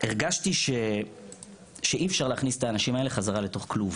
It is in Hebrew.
הרגשתי שאי אפשר להכניס את האנשים האלה חזרה לתוך כלוב